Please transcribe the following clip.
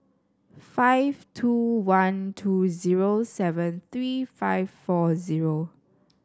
five two one two zero seven three five four zero